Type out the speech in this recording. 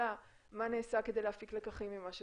אלא מה נעשה כדי להפיק לקחים ממה שקרה,